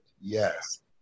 yes